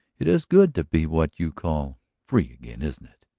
it is good to be what you call free again, isn't it?